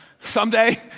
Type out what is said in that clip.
Someday